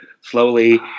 slowly